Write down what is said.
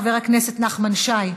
חבר הכנסת נחמן שי,